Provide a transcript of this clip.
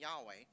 Yahweh